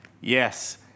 Yes